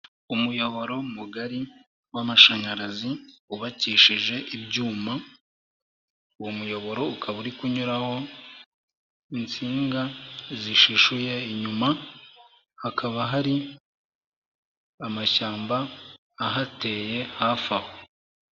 Umuyoboro mugari w' amashanyarazi wubakishije ibyuma, uwo muyoboro ukaba uri kunyuraho insinga zishishuye inyuma hakaba hari amashyamba ahateye hafi aho.